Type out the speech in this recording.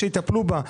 יטפלו בה.